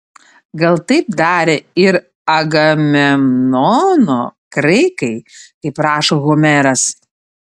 gal taip darė ir agamemnono graikai kaip rašo homeras